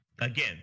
Again